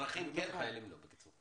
אזרחים כן, חיילים לא, בקיצור.